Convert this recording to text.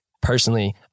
personally